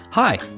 Hi